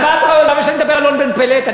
אבל למה שאני אדבר על און בן פלת?